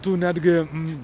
tu netgi